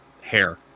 hair